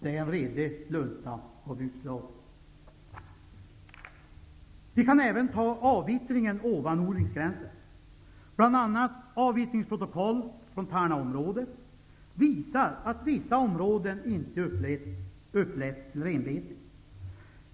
Det är en redig lunta. Vi kan även ta avvittringen ovan odlingsgränsen. Bl.a. ett avvittringsprotokoll från Tärnaområdet visar att vissa områden inte uppläts till renbete.